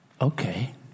Okay